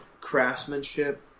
craftsmanship